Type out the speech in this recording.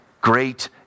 Great